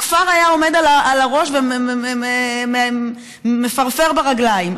הכפר היה עומד על הראש ומפרפר ברגליים.